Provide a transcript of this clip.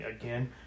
again